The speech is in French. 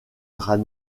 drap